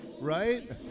Right